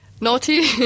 Naughty